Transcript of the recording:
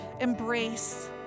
embrace